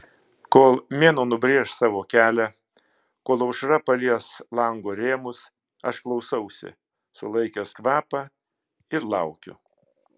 kol mėnuo nubrėš savo kelią kol aušra palies lango rėmus aš klausausi sulaikęs kvapą ir laukiu